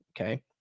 okay